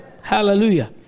hallelujah